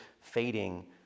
fading